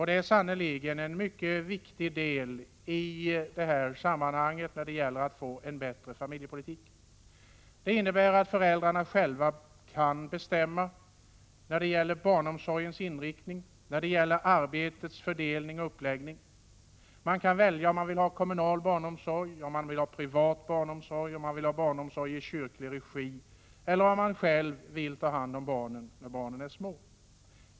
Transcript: Det är sannerligen en mycket viktig del när det gäller att få en bättre familjepolitik. Detta innebär att föräldrarna själva kan bestämma i fråga om barnomsorgens inriktning, arbetets fördelning och uppläggning. De kan välja om de vill ha kommunal barnomsorg, privat barnomsorg eller barnomsorg i kyrklig regi eller om de själva vill ta hand om barnen när de är små.